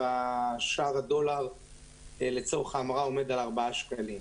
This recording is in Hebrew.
שער הדולר לצורך ההמרה עומד על ארבעה שקלים.